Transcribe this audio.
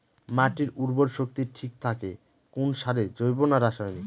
মাটির উর্বর শক্তি ঠিক থাকে কোন সারে জৈব না রাসায়নিক?